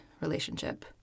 relationship